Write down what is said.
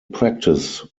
practice